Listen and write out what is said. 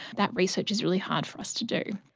that research is really hard for us to do.